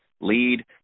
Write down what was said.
lead